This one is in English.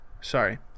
sorry